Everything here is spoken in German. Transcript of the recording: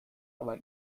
aber